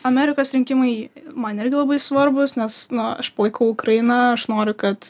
amerikos rinkimai man irgi labai svarbūs nes nu aš palaikau ukrainą aš noriu kad